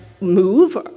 move